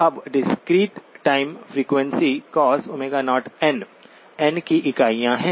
अब discrete time frequency cos n की इकाइयाँ हैं